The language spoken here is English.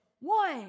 one